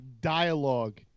dialogue